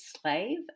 slave